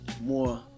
more